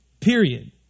period